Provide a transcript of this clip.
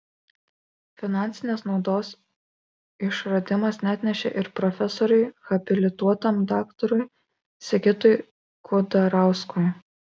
finansinės naudos išradimas neatnešė ir profesoriui habilituotam daktarui sigitui kudarauskui